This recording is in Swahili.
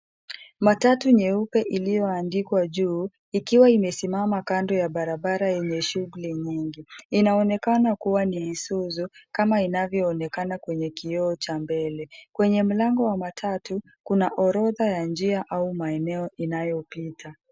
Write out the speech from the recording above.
Matatu nyeupe iliyoandikwa juu, ikiwa imesimama kando ya barabara yenye shughuli nyingi. Inaonekana kuwa ni Isuzu, kama inavyoonekana kwenye kioo cha mbele. Kwenye mlango wa matatu, kuna orodha ya njia au maeneo inayopita.